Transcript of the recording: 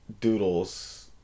doodles